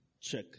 check